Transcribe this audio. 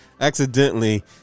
Accidentally